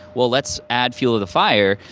well, let's add fuel to the fire.